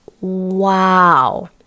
Wow